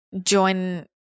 join